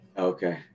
Okay